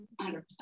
100%